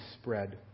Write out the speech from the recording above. spread